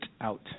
out